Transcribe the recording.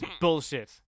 Bullshit